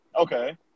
Okay